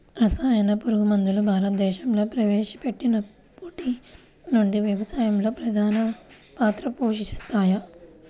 రసాయన పురుగుమందులు భారతదేశంలో ప్రవేశపెట్టినప్పటి నుండి వ్యవసాయంలో ప్రధాన పాత్ర పోషిస్తున్నాయి